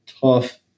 tough